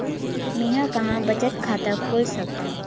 मेंहा कहां बचत खाता खोल सकथव?